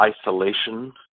isolation